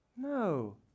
No